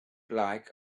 like